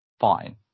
fine